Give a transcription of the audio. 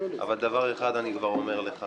אבל דבר אחד אני כבר אומר לך,